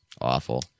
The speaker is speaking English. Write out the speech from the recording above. Awful